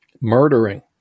murdering